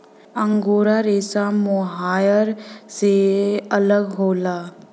angora रेसा mohair से अलग होला